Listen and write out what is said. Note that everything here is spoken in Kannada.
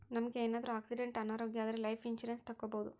ನಮ್ಗೆ ಏನಾದ್ರೂ ಆಕ್ಸಿಡೆಂಟ್ ಅನಾರೋಗ್ಯ ಆದ್ರೆ ಲೈಫ್ ಇನ್ಸೂರೆನ್ಸ್ ತಕ್ಕೊಬೋದು